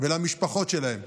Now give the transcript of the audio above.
ולמשפחות שלהם